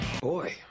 Boy